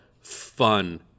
fun